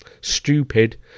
stupid